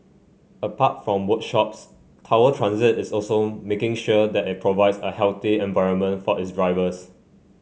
apart from workshops Tower Transit is also making sure that it provides a healthy environment for its drivers